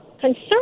concern